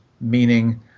meaning